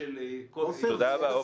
תודה רבה, עופר.